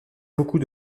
beaucoup